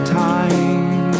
time